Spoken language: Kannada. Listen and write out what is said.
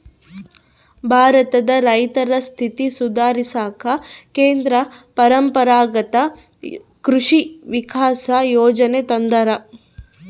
ಭಾರತದ ರೈತರ ಸ್ಥಿತಿ ಸುಧಾರಿಸಾಕ ಕೇಂದ್ರ ಪರಂಪರಾಗತ್ ಕೃಷಿ ವಿಕಾಸ ಯೋಜನೆ ತಂದಾರ